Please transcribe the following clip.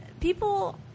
People